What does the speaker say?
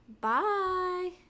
Bye